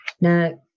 Now